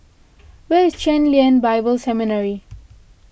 where is Chen Lien Bible Seminary